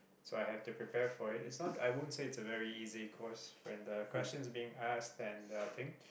so I have to prepare for it it's not I won't say it's a very easy course when the question being ask and thing